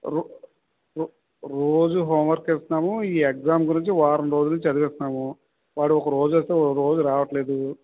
రోజూ హోమ్వర్క్ ఇస్తున్నాము ఈ ఎగ్జామ్ గురించి వారం రోజుల నుంచి చదివిస్తున్నాము వాడు ఒక రోజు వస్తే ఒక రోజు రావడంలేదు